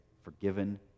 forgiven